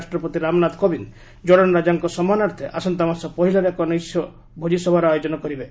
ରାଷ୍ଟ୍ରପତି ରାମନାଥ କୋବିନ୍ଦ କୋର୍ଡାନ୍ ରାଜାଙ୍କ ସମ୍ମାନାର୍ଥେ ଆସନ୍ତା ମାସ ପହିଲାରେ ଏକ ନୈଶ୍ୟ ଭୋଟ୍ଟିସଭାର ଆୟୋକନ କରିବେ